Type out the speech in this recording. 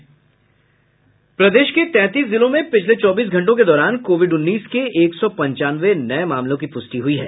प्रदेश के तैंतीस जिलों में पिछले चौबीस घंटों के दौरान कोविड उन्नीस के एक सौ पंचानबे नये मामलों की पुष्टि हुई है